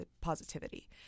positivity